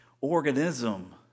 organism